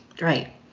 Right